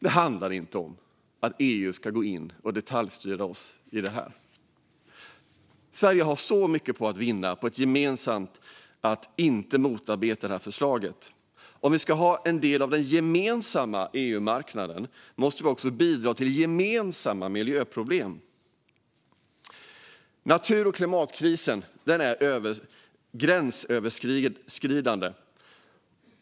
Det handlar inte om att EU ska gå in och detaljstyra oss här. Sverige har så mycket att vinna på att inte motarbeta förslaget. Om vi ska ta del av den gemensamma marknaden måste vi också bidra till att hantera de gemensamma miljöproblemen. Natur och klimatkrisen är gränsöverskridande.